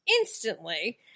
instantly